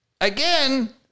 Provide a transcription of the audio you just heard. again